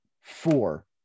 four